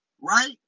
Right